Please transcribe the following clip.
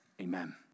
amen